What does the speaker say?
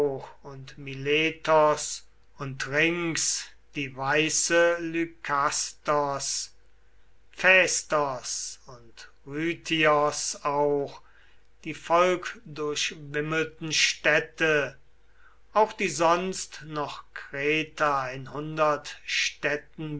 und miletos und rings die weiße lykastos phästos und rhythios auch die volkdurchwimmelten städte auch die sonst noch kreta in hundert städten